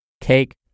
cake